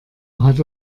hat